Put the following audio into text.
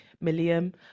million